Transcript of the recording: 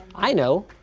i know,